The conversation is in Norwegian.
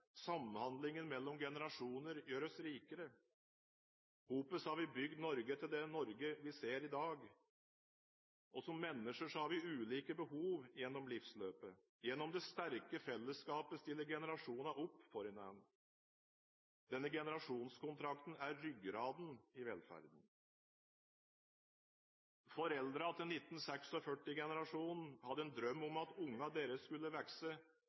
samhandlingen mellom generasjoner gjør oss rikere. Sammen har vi bygd Norge til det Norge vi ser i dag. Som mennesker har vi ulike behov gjennom livsløpet. Gjennom det sterke fellesskapet stiller generasjoner opp for hverandre. Denne generasjonskontrakten er ryggraden i velferden. Foreldrene til 1946-generasjonen hadde en drøm om at deres barn skulle vokse